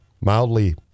mildly